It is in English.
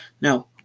Now